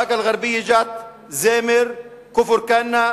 באקה-אל-ע'רביה ג'ת, זמר, כפר-כנא,